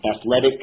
athletic